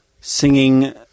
singing